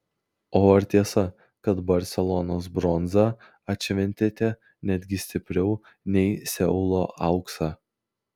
o ar tiesa kad barselonos bronzą atšventėte netgi stipriau nei seulo auksą